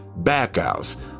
backouts